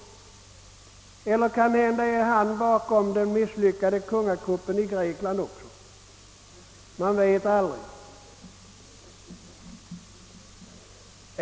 Ligger han måhända bakom den misslyckade kungakuppen i Grekland också? Man vet aldrig.